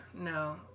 No